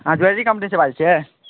हँ ज्वेलरी कम्पनीसे बाजै छिए